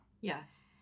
yes